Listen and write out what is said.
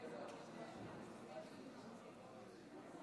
אני קובע כי גם הצעת האי-אמון